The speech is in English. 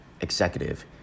executive